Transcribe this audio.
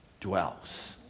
dwells